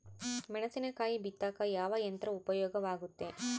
ಮೆಣಸಿನಕಾಯಿ ಬಿತ್ತಾಕ ಯಾವ ಯಂತ್ರ ಉಪಯೋಗವಾಗುತ್ತೆ?